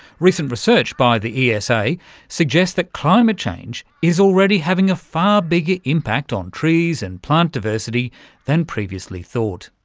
recent research by the esa suggests that climate change is already having a far bigger impact on trees and plant diversity than previously thought.